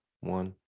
One